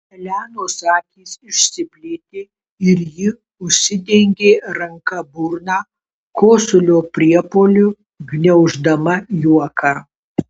elenos akys išsiplėtė ir ji užsidengė ranka burną kosulio priepuoliu gniauždama juoką